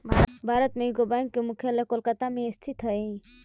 भारत में UCO bank के मुख्यालय कोलकाता में स्थित हइ